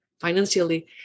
financially